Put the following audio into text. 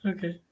Okay